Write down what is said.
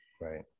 Right